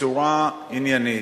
בצורה עניינית.